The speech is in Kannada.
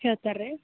ಕೇಳ್ತಾರೆ ರೀ